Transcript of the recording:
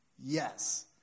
Yes